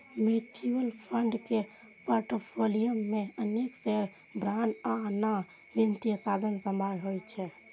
mutual fund के portfolio मे अनेक शेयर, बांड आ आन वित्तीय साधन सभ होइ छै